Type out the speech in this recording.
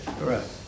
Correct